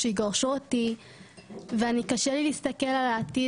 או שיגרשו אותי ואני קשה לי להסתכל על העתיד